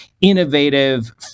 innovative